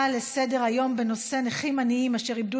לסדר-היום בנושא: נכים עניים אשר איבדו